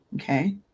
Okay